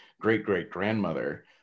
great-great-grandmother